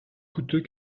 coûteux